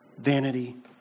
Vanity